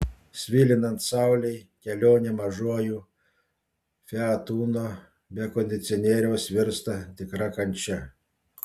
svilinant saulei kelionė mažuoju fiat uno be kondicionieriaus virsta tikra kančia